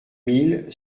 mille